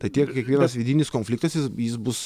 tai tiek kiekvienas vidinis konfliktas jis jis bus